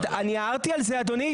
אני הערתי על זה, אדוני.